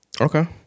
Okay